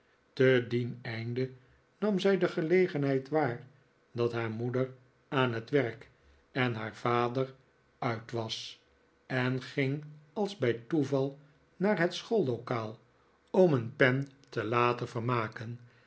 te dien einde nam zij de gelegenheid waar dat haar moeder aan het werk en haar vader uit was en ging als bij toeval naar het schoollokaal om een pen te laten nikolaas nickleby vermaken